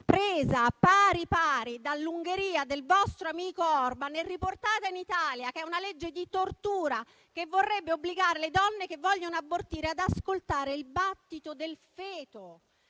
presa pari pari dall'Ungheria del vostro amico Orbàn e riportata in Italia. È una legge di tortura che vorrebbe obbligare le donne che vogliono abortire ad ascoltare il battito del feto.